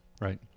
Right